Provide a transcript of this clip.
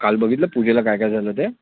काल बघितलं पूजेला काय काय झालं ते